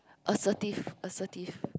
assertive assertive